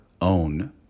own